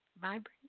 Vibrant